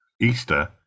Easter